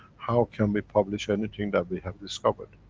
how can we publish anything that we have discovered?